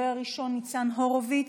הדובר הראשון, ניצן הורוביץ,